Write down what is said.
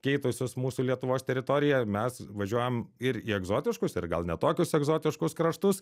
keitusius mūsų lietuvos teritoriją mes važiuojam ir į egzotiškus ir gal ne tokius egzotiškus kraštus